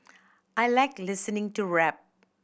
I like listening to rap